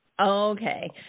Okay